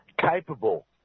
capable